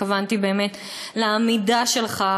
התכוונתי באמת לעמידה שלך,